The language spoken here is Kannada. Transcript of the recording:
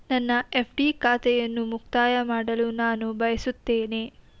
ನನ್ನ ಎಫ್.ಡಿ ಖಾತೆಯನ್ನು ಮುಕ್ತಾಯ ಮಾಡಲು ನಾನು ಬಯಸುತ್ತೇನೆ